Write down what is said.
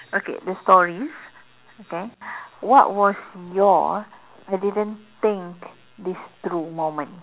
okay the stories okay what was your I didn't think this through moment